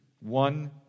one